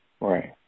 Right